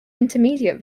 intermediate